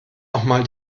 nochmal